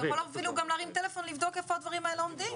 אתה יכול אפילו גם להרים טלפון לבדוק איפה הדברים האלה עומדים.